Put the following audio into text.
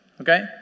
Okay